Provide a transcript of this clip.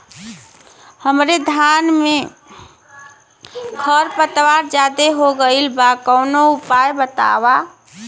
हमरे धान में खर पतवार ज्यादे हो गइल बा कवनो उपाय बतावा?